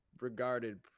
regarded